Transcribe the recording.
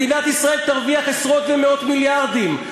מדינת ישראל תרוויח עשרות ומאות מיליארדים.